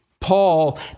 Paul